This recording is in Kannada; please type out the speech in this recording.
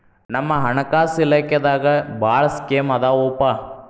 ನಮ್ ಹಣಕಾಸ ಇಲಾಖೆದಾಗ ಭಾಳ್ ಸ್ಕೇಮ್ ಆದಾವೊಪಾ